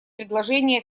предложения